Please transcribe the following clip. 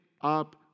up